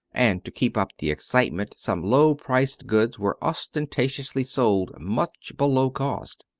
and to keep up the excitement some low-priced goods were ostentatiously sold much below cost.